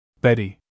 Betty